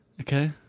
Okay